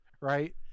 right